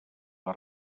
les